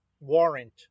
warrant